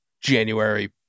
January